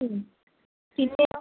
പിന്നെയോ